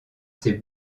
ses